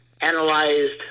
analyzed